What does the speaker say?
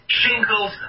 shingles